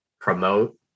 promote